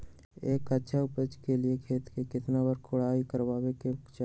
एक अच्छा उपज के लिए खेत के केतना बार कओराई करबआबे के चाहि?